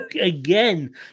again